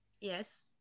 yes